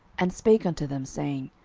and spake unto them, saying,